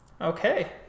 Okay